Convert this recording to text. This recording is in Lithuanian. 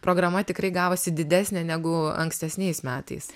programa tikrai gavosi didesnė negu ankstesniais metais